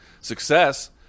success